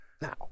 Now